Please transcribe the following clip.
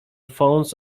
phones